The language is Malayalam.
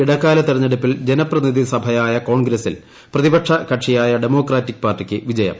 ഇടക്കാല തെരഞ്ഞെടുപ്പിൽ ജനപ്രതിനിധി സഭയായ കോൺഗ്രസ്സിൽ പ്രതിപക്ഷ കക്ഷിയായ ഡെമോക്രാറ്റിക് പാർട്ടിക്ക് വിജയം